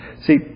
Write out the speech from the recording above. See